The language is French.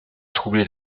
troubler